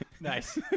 Nice